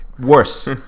Worse